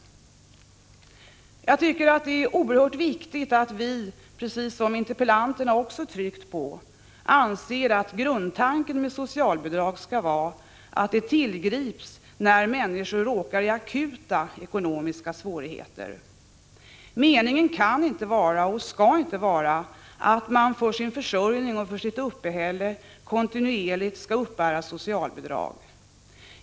Jag tycker att det är oerhört viktigt att vi, precis som interpellanterna också tryckt på, anser att grundtanken med socialbidrag skall vara att det tillgrips när människor råkar i akuta ekonomiska svårigheter. Meningen kan inte vara, och skall inte vara, att man för sin försörjning och för sitt uppehälle kontinuerligt skall uppbära socialbidrag.